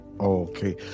okay